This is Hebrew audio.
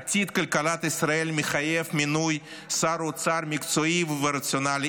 עתיד כלכלת ישראל מחייב מינוי שר אוצר מקצועי ורציונלי,